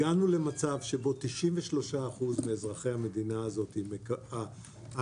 הגענו למצב שבו 93% מאזרחי המדינה הזאת המחויבים,